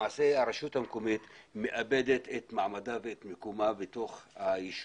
הרשות המקומית מאבדת את מעמדה בתוך היישוב.